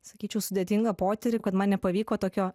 sakyčiau sudėtingą potyrį kad man nepavyko tokio